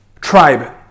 Tribe